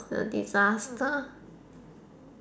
the disaster